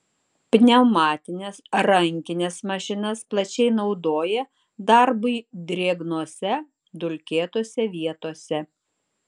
pneumatines rankines mašinas plačiai naudoja darbui drėgnose dulkėtose vietose